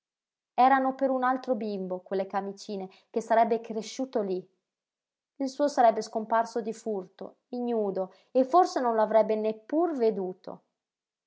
erano per un altro bimbo quelle camicine che sarebbe cresciuto lí il suo sarebbe scomparso di furto ignudo e forse non lo avrebbe neppur veduto